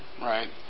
right